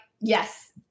Yes